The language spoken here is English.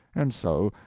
and so,